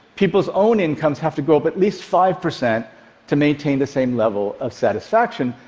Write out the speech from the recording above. people's own incomes have to go up at least five percent to maintain the same level of satisfaction.